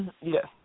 Yes